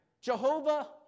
Jehovah